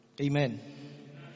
Amen